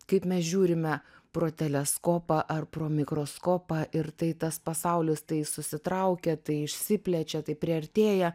kaip mes žiūrime pro teleskopą ar pro mikroskopą ir tai tas pasaulis tai susitraukia tai išsiplečia tai priartėja